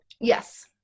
Yes